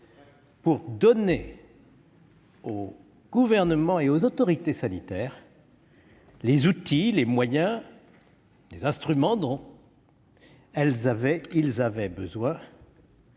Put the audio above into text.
et donné au Gouvernement et aux autorités sanitaires les outils, les moyens, les instruments dont ils avaient besoin